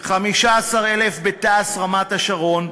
15,000 בתע"ש רמת-השרון,